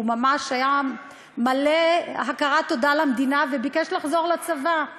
והוא ממש היה מלא הכרת תודה למדינה וביקש לחזור לצבא.